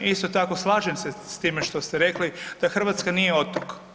Isto tako slažem se s time što ste rekli da Hrvatska nije otok.